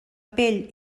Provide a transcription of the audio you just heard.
pell